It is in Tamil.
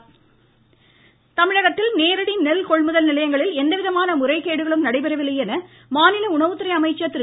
காமராஜ் தமிழகத்தில் நேரடி நெல் கொள்முதல் நிலையங்களில் எந்தவிதமான முறைகேடுகளும் நடைபெறவில்லை என மாநில உணவுத்துறை அமைச்சர் திரு